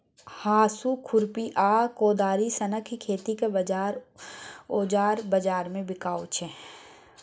हाँसु, खुरपी आ कोदारि सनक खेतीक औजार बजार मे बिकाइ छै